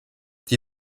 die